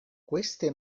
queste